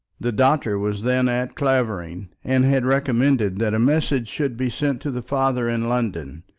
the doctor was then at clavering, and had recommended that a message should be sent to the father in london,